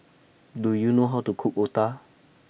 Do YOU know How to Cook Otah